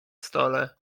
stole